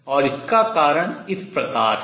और इसका कारण इस प्रकार है